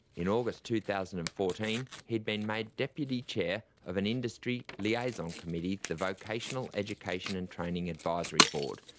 in august two thousand and fourteen he had been made deputy chair of an industry liaison committee, the vocational education and training advisory board,